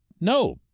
no